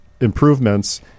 improvements